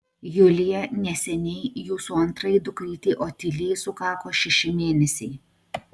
julija neseniai jūsų antrajai dukrytei otilijai sukako šeši mėnesiai